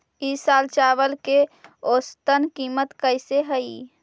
ई साल चावल के औसतन कीमत कैसे हई?